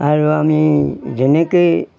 আৰু আমি যেনেকেই